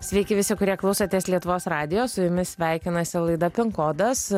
sveiki visi kurie klausotės lietuvos radijo su jumis sveikinasi laida pin kodas